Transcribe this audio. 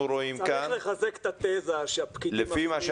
בחייך קטי, זו אמירה לא מבוססת.